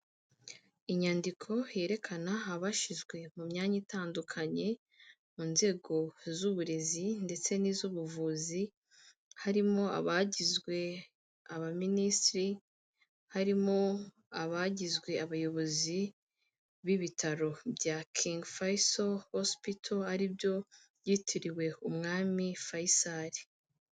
Inyandiko yerekana abashyizwe mu myanya itandukanye mu nzego z'uburezi, ndetse n'iz'ubuvuzi, harimo abagizwe abaminisitiri, harimo abagizwe abayobozi b'ibitaro bya King Faisal Hospital aribyo byitiriwe umwami Fayisari.